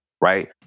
Right